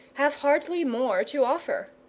have hardly more to offer.